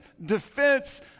defense